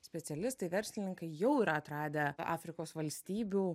specialistai verslininkai jau yra atradę afrikos valstybių